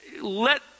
let